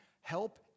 help